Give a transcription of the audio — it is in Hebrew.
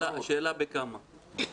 השאלה בכמה.